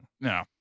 No